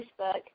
Facebook